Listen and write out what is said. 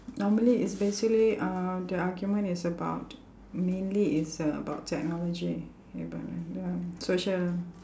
normally it's basically um the argument is about mainly is about technology social